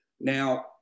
Now